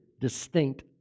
distinct